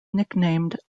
nicknamed